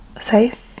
safe